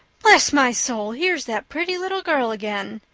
bless my soul, here's that pretty little girl again,